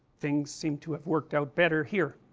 things seem to have worked out better here